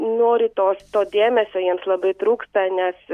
nori tos to dėmesio jiems labai trūksta nes